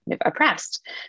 oppressed